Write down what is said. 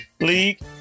league